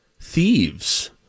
thieves